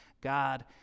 god